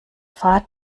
fahrt